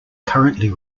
currently